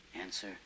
Answer